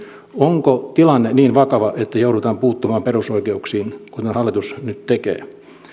onko tilanne niin vakava että joudutaan puuttumaan perusoikeuksiin kuten hallitus nyt tekee